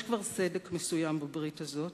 יש כבר סדק מסוים בברית הזאת,